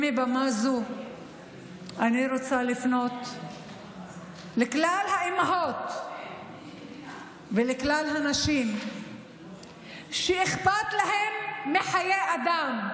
מבמה זו אני רוצה לפנות לכלל האימהות ולכלל הנשים שאכפת להן מחיי אדם.